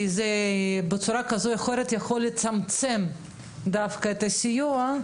בצורה כזאת זה דווקא יכול לצמצם את הסיוע.